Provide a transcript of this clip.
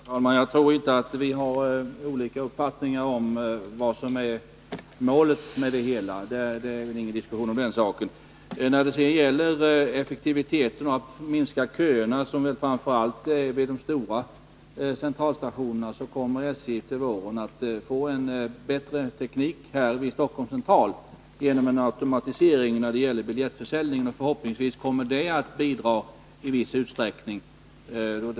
Herr talman! Jag tror inte att vi har olika uppfattningar om vad som är målet — det är väl ingen diskussion om den saken. När det gäller effektiviteten och detta att minska köerna, som framför allt förekommer vid de stora centralstationerna, så kommer SJ till våren att få: en bättre teknik vid Stockholms Central i form av en automatisering av biljettförsäljningen. Förhoppningsvis kommer det i viss utsträckning att bidra till förbättrade förhållanden.